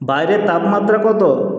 বাইরের তাপমাত্রা কত